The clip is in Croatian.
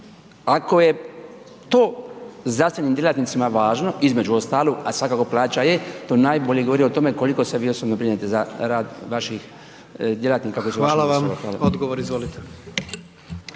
Ako je to zdravstvenim djelatnicima važno između ostalog, a svakako plaća je, to najbolje govori o tome koliko se vi osobno brinete za rad vaših djelatnika … /Govornik se